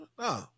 No